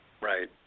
Right